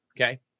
Okay